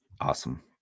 awesome